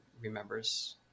remembers